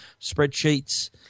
spreadsheets